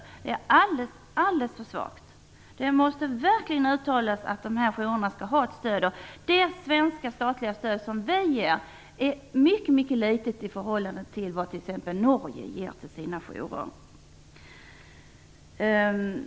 Men det är alldeles för svagt skrivet. Det måste verkligen uttalas att jourerna skall ha stöd. Det svenska statliga stöd som nu ges är mycket litet i förhållande till vad t.ex. Norge ger till sina jourer.